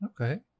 Okay